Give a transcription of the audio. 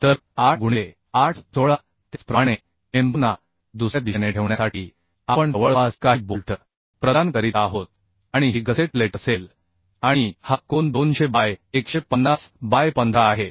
तर 8 गुणिले 8 16 त्याचप्रमाणे मेंबर ना दुसऱ्या दिशेने ठेवण्यासाठी आपण जवळपास काही बोल्ट प्रदान करीत आहोत आणि ही गसेट प्लेट असेल आणि हा कोन 200 बाय 150 बाय 15 आहे